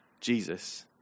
Jesus